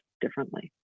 differently